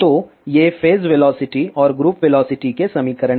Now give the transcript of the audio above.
तो ये phase velocity और ग्रुप वेलोसिटी के समीकरण हैं